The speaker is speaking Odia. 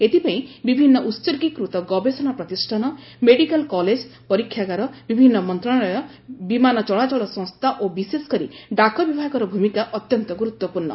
ଏଥିପାଇଁ ବିଭିନ୍ନ ଉତ୍ଗୀକୃତ ଗବେଷଣା ପ୍ରତିଷ୍ଠାନ ମେଡ଼ିକାଲ କଲେଜ ପରକ୍ଷାଗାର ବିଭିନ୍ନ ମନ୍ତ୍ରଣାଳୟ ବିମାନ ଚଳାଚଳ ସଂସ୍ଥା ଓ ବିଶେଷକରି ଡାକବିଭାଗର ଭୂମିକା ଅତ୍ୟନ୍ତ ଗୁରୁତ୍ୱପୂର୍ଣ୍ଣ